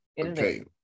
Okay